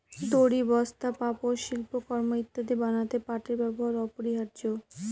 দড়ি, বস্তা, পাপোষ, শিল্পকর্ম ইত্যাদি বানাতে পাটের ব্যবহার অপরিহার্য